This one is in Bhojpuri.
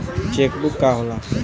चेक बुक का होला?